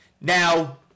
Now